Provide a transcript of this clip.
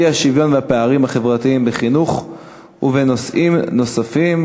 האי-שוויון והפערים החברתיים בחינוך ובנושאים נוספים,